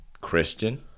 Christian